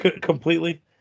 Completely